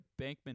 Bankman